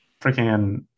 Freaking